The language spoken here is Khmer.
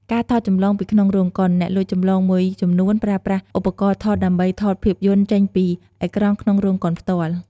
ការថតចម្លងពីក្នុងរោងកុន អ្នកលួចចម្លងមួយចំនួនប្រើប្រាស់ឧបករណ៍ថតដើម្បីថតភាពយន្តចេញពីអេក្រង់ក្នុងរោងកុនផ្ទាល់។